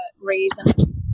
reason